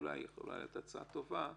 אולי היא יכולה להיות הצעה טובה.